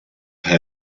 have